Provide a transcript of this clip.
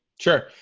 sure,